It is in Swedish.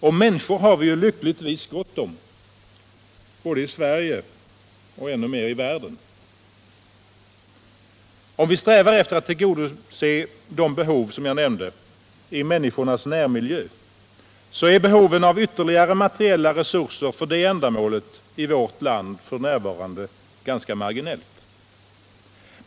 Och människor finns det lyckligtvis gott om, både i Sverige och ännu mer ute i världen. Om vi strävar efter att tillgodose de behov jag nämnde i människornas närmiljö, så är behovet av ytterligare materiella resurser för det ändamålet i vårt land f. n. ganska marginellt.